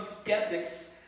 skeptics